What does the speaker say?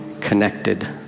connected